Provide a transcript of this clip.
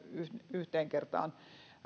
yhteen kertaan